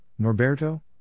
Norberto